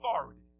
authority